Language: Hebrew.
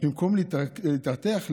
במקום להתרתח,